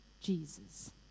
Jesus